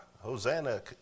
Hosanna